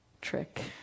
trick